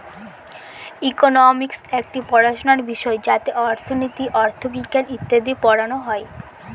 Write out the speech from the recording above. economics একটি পড়াশোনার বিষয় যাতে অর্থনীতি, অথবিজ্ঞান ইত্যাদি পড়ানো হয়